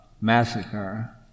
massacre